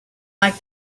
like